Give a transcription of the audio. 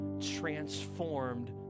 transformed